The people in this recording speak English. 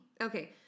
Okay